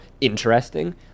interesting